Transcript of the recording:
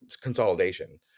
consolidation